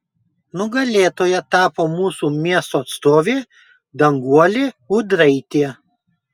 nugalėtoja tapo mūsų miesto atstovė danguolė ūdraitė